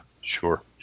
sure